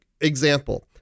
example